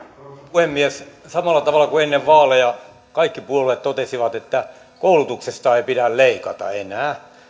puhemies samalla tavalla kuin ennen vaaleja kaikki puolueet totesivat että koulutuksesta ei pidä leikata enää